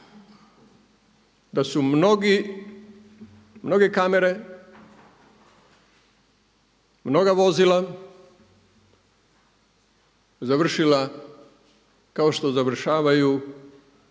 da su mnogi, mnoge kamere, mnoga vozila završila kao što završavaju